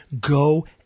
go